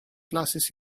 glasses